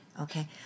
okay